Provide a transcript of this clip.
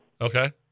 Okay